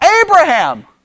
Abraham